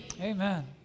Amen